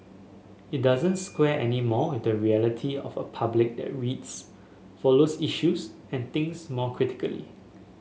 it doesn't square anymore with the reality of a public that reads follows issues and thinks more critically